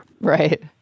right